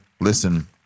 listen